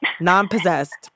Non-possessed